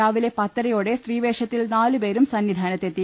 രാവിലെ പത്തരയോടെ സ്ത്രീവേഷ ത്തിൽ നാലുപേരും സന്നിധാനത്തെത്തി